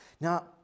now